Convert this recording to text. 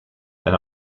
eine